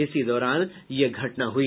इसी दौरान यह घटना हुई